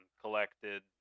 collected